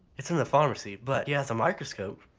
it's in a pharmacy but he has a microscope.